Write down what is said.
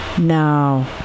now